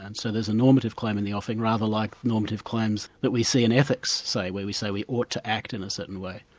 and so there's a normative claim in the offing, rather like normative claims that we see in ethics say, where we say we ought to act in a certain way.